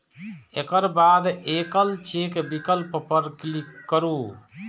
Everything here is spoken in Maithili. एकर बाद एकल चेक विकल्प पर क्लिक करू